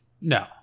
No